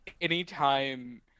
anytime